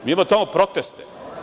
Mi imamo tamo proteste.